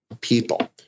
people